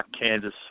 Kansas